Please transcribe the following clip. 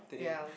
ya